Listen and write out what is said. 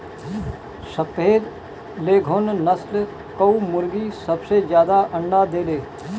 सफ़ेद लेघोर्न नस्ल कअ मुर्गी सबसे ज्यादा अंडा देले